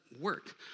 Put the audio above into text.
work